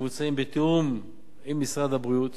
מבוצעים בתיאום עם משרד הבריאות